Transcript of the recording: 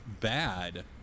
bad